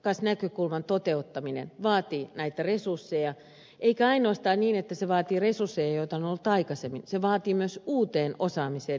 asiakasnäkökulman toteuttaminen vaatii näitä resursseja eikä ainoastaan niin että se vaatii resursseja joita on ollut aikaisemmin se vaatii myös uuteen osaamiseen liittyviä resursseja